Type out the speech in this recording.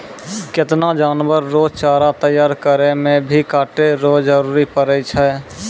केतना जानवर रो चारा तैयार करै मे भी काटै रो जरुरी पड़ै छै